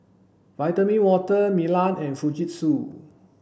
Vitamin Water Milan and Fujitsu